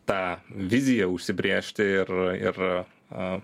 tą viziją užsibrėžti ir ir a